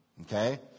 okay